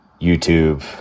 YouTube